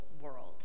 world